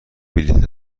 بلیط